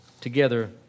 together